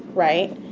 right?